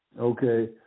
Okay